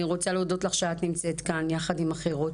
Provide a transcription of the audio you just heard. אני רוצה להודות לך שאת נמצאת כאן עם אחרות.